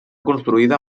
construïda